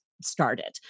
started